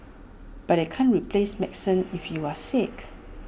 but they can't replace medicine if you are sick